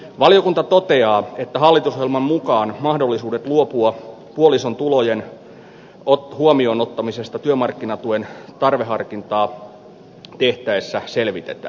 valiokunta toteaa että hallitusohjelman mukaan mahdollisuudet luopua puolison tulojen huomioon ottamisesta työmarkkinatuen tarveharkintaa tehtäessä selvitetään